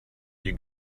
you